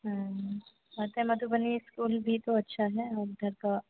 वैसे मधुबनी इस्कूल भी तो अच्छा है अब इधर का